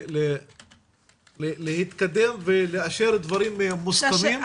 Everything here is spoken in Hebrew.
להתקדם ולאשר דברים מוסכמים.